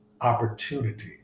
opportunity